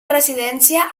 residència